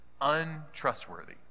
untrustworthy